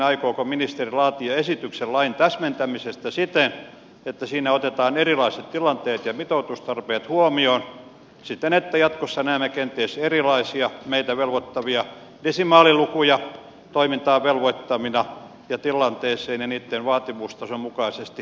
aikooko ministeri laatia esityksen lain täsmentämisestä siten että siinä otetaan erilaiset tilanteet ja mitoitustarpeet huomioon siten että jatkossa näemme kenties erilaisia meitä velvoittavia desimaalilukuja toimintaan velvoittavina ja tilanteen ja sen vaativuustason mukaisesti soviteltuina